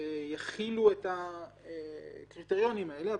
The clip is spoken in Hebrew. יכילו את הקריטריונים האלה,